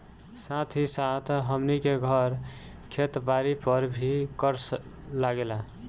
साथ ही साथ हमनी के घर, खेत बारी पर भी कर लागेला